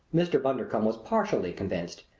mr. bundercombe was partly convinced,